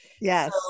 yes